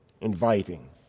inviting